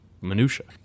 minutiae